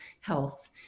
health